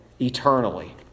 eternally